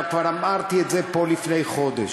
כבר אמרתי את זה פה לפני חודש,